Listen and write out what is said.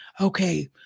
okay